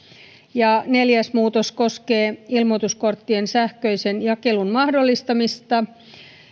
neljäs muutos koskee ilmoituskorttien sähköisen jakelun mahdollistamista